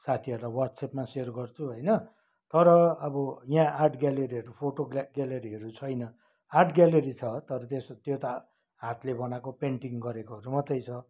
साथीहरूलाई वाट्सएपमा सेयर गर्छु होइन तर अब यहाँ आर्ट ग्यालरीहरू फोटो ग्यालरीहरू छैन आर्ट ग्यालरी छ तर त्यसको त्यो त हातले बनाएको पेन्टिङ गरेकोहरू मात्रै छ